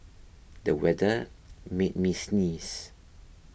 the weather made me sneeze